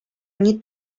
nie